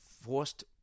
forced